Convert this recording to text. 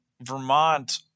Vermont